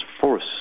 force